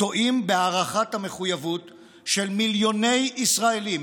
טועים בהערכת המחויבות של מיליוני ישראלים,